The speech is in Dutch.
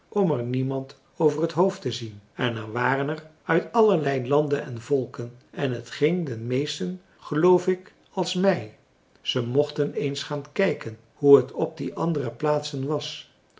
om er niemand over het hoofd te zien en er waren er uit allerlei landen en volken en het ging den meesten geloof ik als mij ze mochten eens gaan kijken hoe het op die andere plaatsen was